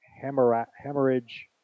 hemorrhage